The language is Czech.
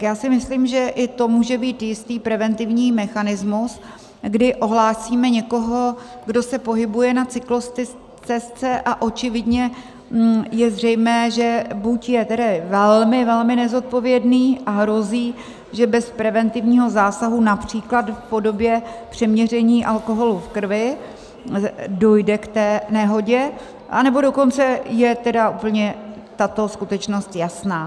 Já si myslím, že i to může být jistý preventivní mechanismus, kdy ohlásíme někoho, kdo se pohybuje na cyklostezce, a očividně je zřejmé, že buď je tedy velmi, velmi nezodpovědný a hrozí, že bez preventivního zásahu, například v podobě přeměření alkoholu v krvi, dojde k té nehodě, nebo dokonce je úplně tato skutečnost jasná.